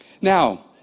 Now